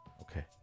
okay